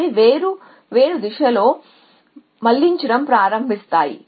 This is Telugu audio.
అవి వేర్వేరు దిశల్లోకి మళ్ళించడం ప్రారంభిస్తాయి